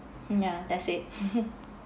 ya that's it